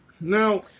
now